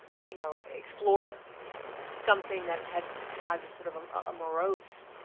you know, explore something that had had sort of um a morose